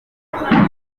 icyo